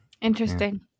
Interesting